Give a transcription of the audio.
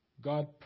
God